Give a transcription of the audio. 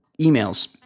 Emails